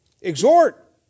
Exhort